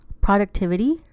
productivity